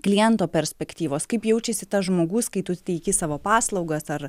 kliento perspektyvos kaip jaučiasi tas žmogus kai tu teiki savo paslaugas ar